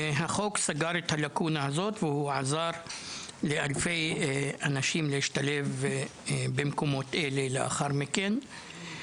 החוק סגר את הלקונה הזאת ועזר לאלפי אנשים להשתלב במקומות לאחר מכן.